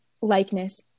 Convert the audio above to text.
likeness